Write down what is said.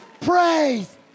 praise